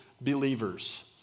believers